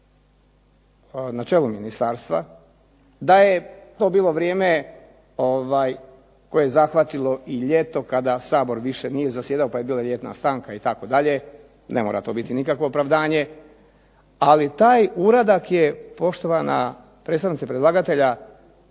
na čelu ministarstva, da je to bilo vrijeme koje je zahvatilo i ljeto kada Sabor više nije zasjedao pa je bila ljetna stanka itd. ne mora to biti nikakvo opravdanje. Ali taj uradak je poštovana predstavnice predlagatelja